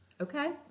Okay